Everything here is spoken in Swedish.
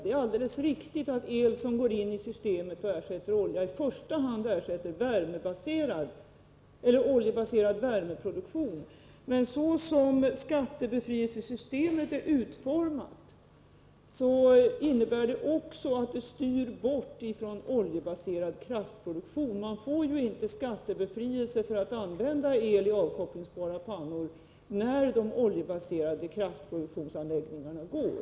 Det är alldeles riktigt att el som går in i systemet och ersätter olja i första hand ersätter oljebaserad värmeproduktion, men så som skattebefrielsesystemet är utformat innebär det också att det styr bort från oljebaserad kraftproduktion. Man får ju inte skattebefrielse för att använda el i avkopplingsbara pannor när de oljebaserade kraftproduktionsanläggningarna går.